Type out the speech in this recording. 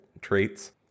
traits